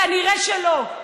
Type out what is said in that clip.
כנראה שלא.